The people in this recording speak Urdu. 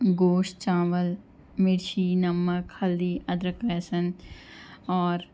گوشت چاول مِرچی نمک ہلدی ادرک لہسن اور